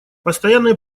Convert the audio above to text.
постоянное